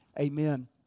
amen